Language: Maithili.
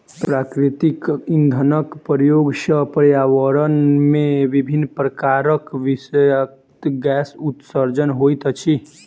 प्राकृतिक इंधनक प्रयोग सॅ पर्यावरण मे विभिन्न प्रकारक विषाक्त गैसक उत्सर्जन होइत अछि